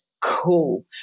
cool